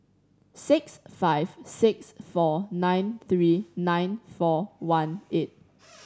six five six four nine three nine four one eight